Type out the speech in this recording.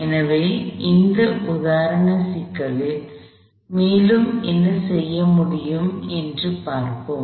எனவே இந்த உதாரண சிக்கலில் மேலும் என்ன செய்ய முடியும் என்பதைப் பார்ப்போம்